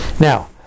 Now